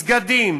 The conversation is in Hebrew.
מסגדים,